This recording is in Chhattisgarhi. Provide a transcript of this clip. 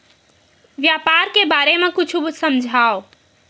व्यापार के बारे म कुछु समझाव?